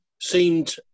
seemed